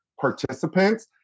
participants